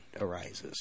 arises